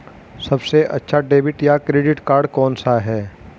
सबसे अच्छा डेबिट या क्रेडिट कार्ड कौन सा है?